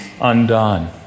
undone